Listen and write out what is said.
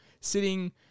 sitting